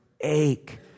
ache